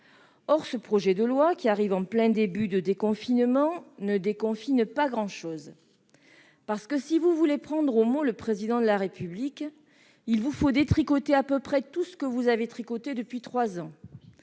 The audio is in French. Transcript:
Or ce projet de loi qui arrive au début du déconfinement ne déconfine pas grand-chose. C'est qu'il vous faut, si vous voulez prendre au mot le Président de la République, détricoter à peu près tout ce que vous avez tricoté depuis trois ans,